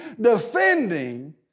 defending